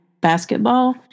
basketball